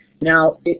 Now